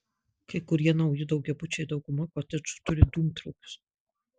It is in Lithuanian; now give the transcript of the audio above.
kai kurie nauji daugiabučiai dauguma kotedžų turi dūmtraukius